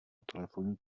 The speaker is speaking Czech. telefonní